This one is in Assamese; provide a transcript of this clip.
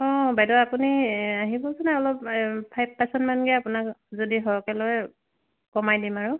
অঁ বাইদেউ আপুনি এই আহিবচোন অলপ এই ফাইভ পাৰ্চেন্টমানকৈ আপোনাক যদি সৰহকৈ লয় কমাই দিম আৰু